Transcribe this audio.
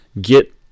get